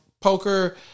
poker